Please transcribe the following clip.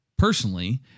personally